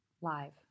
Live